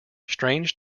strange